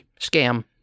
scam